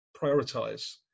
prioritize